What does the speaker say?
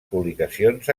publicacions